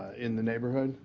in the neighborhood.